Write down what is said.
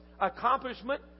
accomplishment